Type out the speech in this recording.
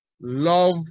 love